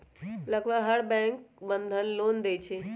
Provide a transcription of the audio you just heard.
लगभग हर bank Bandhan loan देई छई